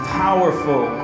powerful